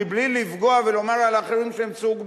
מבלי לפגוע ולומר על האחרים שהם סוג ב'.